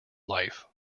life